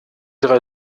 drei